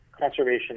conservation